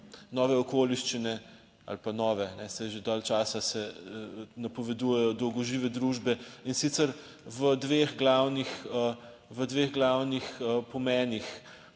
nove okoliščine ali pa, nove, saj že dalj časa se napovedujejo dolgožive družbe, in sicer v dveh glavnih, v dveh